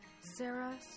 Sarah